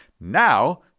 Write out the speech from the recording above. Now